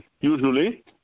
usually